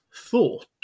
thought